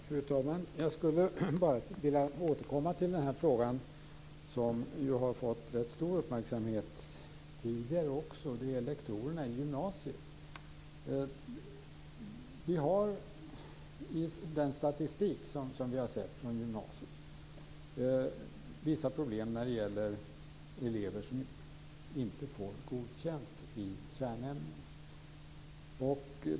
Fru talman! Jag skulle bara vilja återkomma till den fråga som ju har fått rätt stor uppmärksamhet även tidigare. Det gäller lektorerna i gymnasiet. I den statistik vi har sett från gymnasiet har vi vissa problem när det gäller elever som inte får godkänt i kärnämnena.